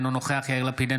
אינו נוכח יאיר לפיד,